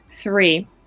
three